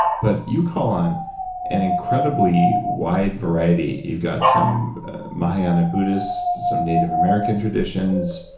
but you call on an incredibly wide variety. you've got some mahayana buddhist, some native american traditions,